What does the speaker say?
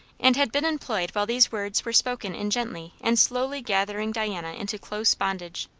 and had been employed while these words were spoken in gently and slowly gathering diana into close bondage.